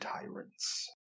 tyrants